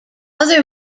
other